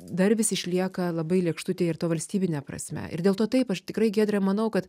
dar vis išlieka labai lėkštutė ir to valstybine prasme ir dėl to taip aš tikrai giedre manau kad